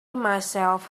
myself